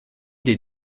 des